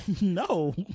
no